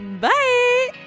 Bye